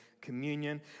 Communion